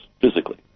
physically